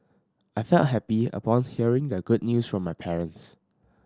I felt happy upon hearing the good news from my parents